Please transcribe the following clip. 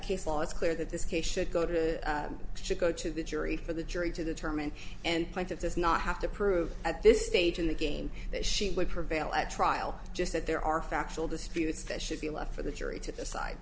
is clear that this case should go to should go to the jury for the jury to determine and point it does not have to prove at this stage in the game that she would prevail at trial just that there are factual disputes that should be left for the jury to decide